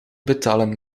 betalen